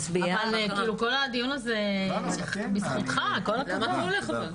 כל הדיון הזה הוא בזכותך, כל הכבוד.